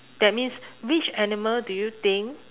that means which animal do you think